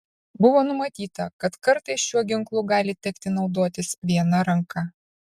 buvo numatyta kad kartais šiuo ginklu gali tekti naudotis viena ranka